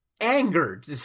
angered